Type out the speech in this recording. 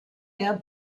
der